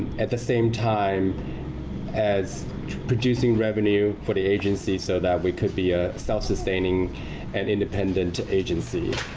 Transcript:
at the same time as producing revenue for the agency so that we could be a self-sustaining and independent agency.